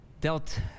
dealt